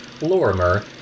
Lorimer